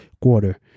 quarter